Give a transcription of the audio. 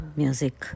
music